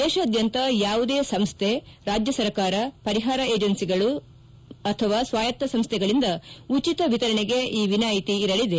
ದೇಶಾದ್ಯಂತ ಯಾವುದೇ ಸಂಸ್ಥೆ ರಾಜ್ಯ ಸರ್ಕಾರ ಪರಿಹಾರ ಏಜೆನ್ಪಿಗಳು ಅಥವಾ ಸ್ವಾಯತ್ತ ಸಂಸ್ಥೆಗಳಿಂದ ಉಚಿತ ವಿತರಣೆಗೆ ಈ ವಿನಾಯಿತಿ ಇರಲಿದೆ